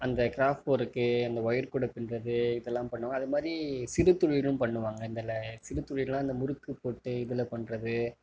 அந்த craft work அந்த wire கூடை பின்னுறது இதலாம் பண்ணுவோம் அது மாதிரி சிறு தொழிலும் பண்ணுவாங்க இதில் சிறு தொழில்னா அந்த முறுக்கு போட்டு இதில் பண்ணுறது